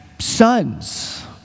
sons